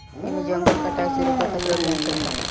एमे जंगल कटाये से रोके खातिर अभियान चलता